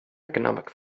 economic